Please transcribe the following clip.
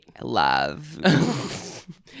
love